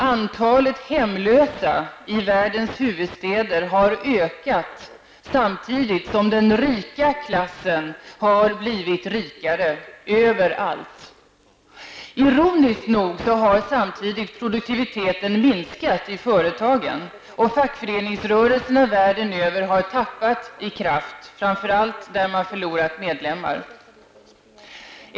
Antalet hemlösa i världens huvudstäder har ökat, samtidigt som den rika klassen har blivit rikare överallt. Ironiskt nog har produktiviteten samtidigt minskat i företagen. Fackföreningsrörelserna världen över har tappat i kraft, framför allt där de har förlorat medlemmar.